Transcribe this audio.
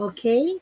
Okay